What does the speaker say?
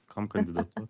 kam kandidatuot